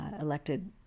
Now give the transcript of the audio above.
elected